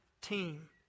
team